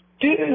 dude